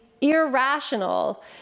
irrational